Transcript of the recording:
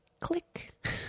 click